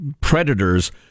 predators